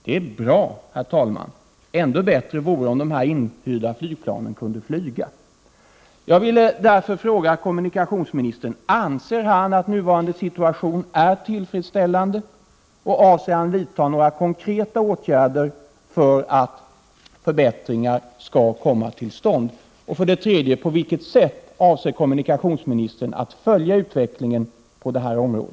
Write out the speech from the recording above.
Det är bra, herr talman, men ännu bättre vore det om de inhyrda flygplanen kunde flyga.